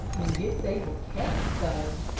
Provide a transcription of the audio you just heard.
and if they were kept so,